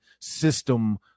system